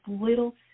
little